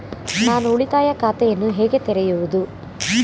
ನಾನು ಉಳಿತಾಯ ಖಾತೆಯನ್ನು ಹೇಗೆ ತೆರೆಯುವುದು?